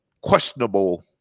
questionable